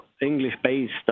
English-based